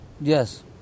Yes